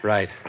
Right